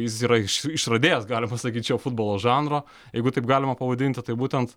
jis yra iš išradėjas galima sakyt šio futbolo žanro jeigu taip galima pavadinti tai būtent